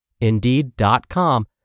Indeed.com